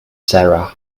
sarah